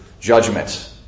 judgment